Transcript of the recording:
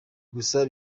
gusa